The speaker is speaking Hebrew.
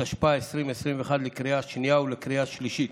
התשפ"א 2021, לקריאה השנייה ולקריאה השלישית.